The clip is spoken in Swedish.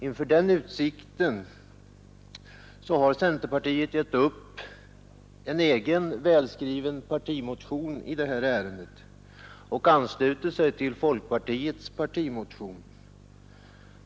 Inför den utsikten har centerpartiet givit upp en egen välskriven partimotion i detta ärende och anslutit sig till folkpartiets partimotion.